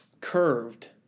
curved